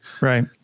right